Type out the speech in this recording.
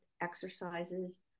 exercises